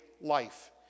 life